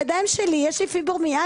הידיים שלי, יש לי פיברומיאלגיה.